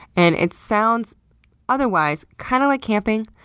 and it sounds otherwise kind of like camping,